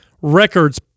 records